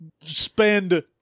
spend